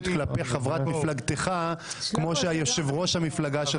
כלפי חברת מפלגתך כמו יושב-ראש המפלגה שלך.